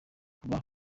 kuba